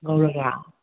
ꯉꯧꯔꯒ